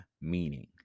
meaning